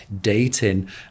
dating